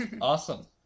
Awesome